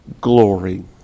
glory